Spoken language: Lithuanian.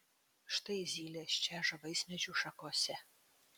štai zylės čeža vaismedžių šakose